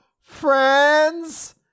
friends